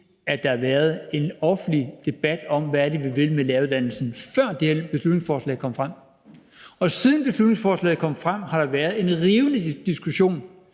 at der har været en offentlig debat om, hvad det er, vi vil med læreruddannelsen, før det her beslutningsforslag kom frem, og siden beslutningsforslaget kom frem, har der været en rivende diskussion